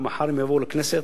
ומחר הם יבואו לכנסת,